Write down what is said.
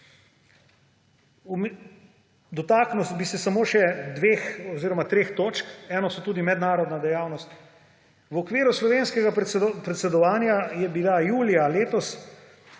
Dotaknil bi se samo še dveh oziroma treh točk. Ena je tudi mednarodna dejavnost. V okviru slovenskega predsedovanja je bil julija letos